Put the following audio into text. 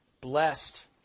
Blessed